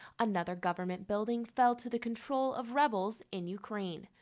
another government building fell to the control of rebels in ukraine.